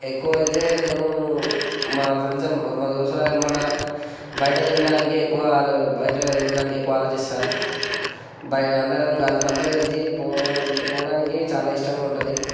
ఎక్కువ అయితే నేను మా ఫ్రెండ్స్ ఏం మా దోస్తుగాళ్ళ ఎంబడ బయట తినడానికి బయట తినడానికి ఎక్కువ ఆలోచిస్తా అందరం కలిసి అందరు కలిసి పోవడానికి చాల ఇష్టంగా ఉంటుంది